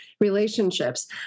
relationships